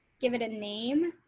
give it a name.